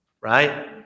right